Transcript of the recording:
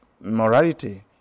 morality